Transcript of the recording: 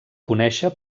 conèixer